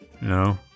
No